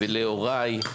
וליוראי.